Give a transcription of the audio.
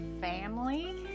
family